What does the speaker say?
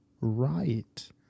right